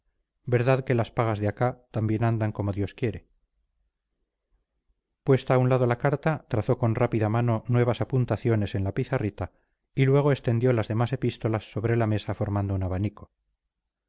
verdad que las pagas de acá también andan como dios quiere puesta a un lado la carta trazó con rápida mano nuevas apuntaciones en la pizarrita y luego extendió las demás epístolas sobre la mesa formando abanico